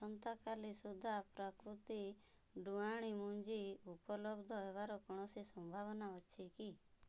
ଆସନ୍ତା କାଲି ସୁଦ୍ଧା ପ୍ରାକୃତି ଡ଼ୁଆଣି ମଞ୍ଜି ଉପଲବ୍ଧ ହେବାର କୌଣସି ସମ୍ଭାବନା ଅଛି କି